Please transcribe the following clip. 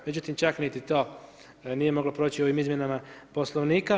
Međutim, čak niti to nije moglo proći ovim izmjenama Poslovnika.